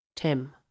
tim